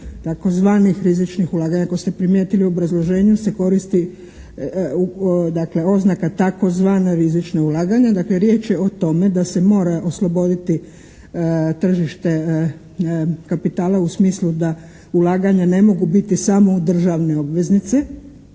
tzv. rizičnih ulaganja. Ako ste primijetili u obrazloženju se koristi oznaka tzv. rizična ulaganja. Dakle riječ je o tome da se mora osloboditi tržište kapitala u smislu da ulaganja ne mogu biti samo državne obveznice.